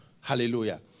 Hallelujah